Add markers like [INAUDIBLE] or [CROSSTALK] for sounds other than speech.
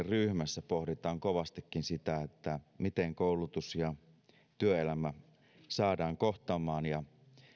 [UNINTELLIGIBLE] ryhmässä pohditaan kovastikin sitä miten koulutus ja työelämä saadaan kohtaamaan ja